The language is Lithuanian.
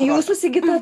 jūsų sigita